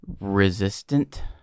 resistant